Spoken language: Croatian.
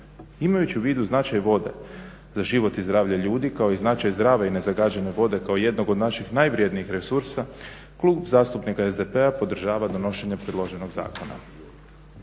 Imajući u vidu značaj vode za život i zdravlje ljudi, kao i značaj zdrave i nezagađene vode kao jednog od naših najvrjednijih resursa, Klub zastupnika SDP-a podržava donošenje predloženog zakona.